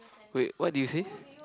wait what did you say